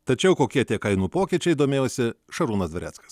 tačiau kokie tie kainų pokyčiai domėjosi šarūnas dvareckas